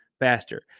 faster